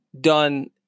done